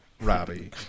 Robbie